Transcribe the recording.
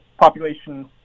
population